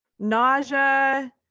nausea